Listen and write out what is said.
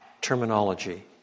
terminology